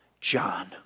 John